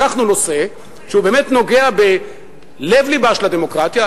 לקחנו נושא שהוא באמת נוגע בלב-לבה של הדמוקרטיה,